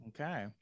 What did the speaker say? Okay